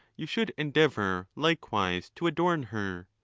you should endeavour likewise to adorn her.